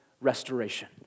restoration